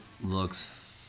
looks